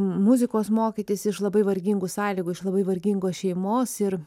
muzikos mokytis iš labai vargingų sąlygų iš labai vargingos šeimos ir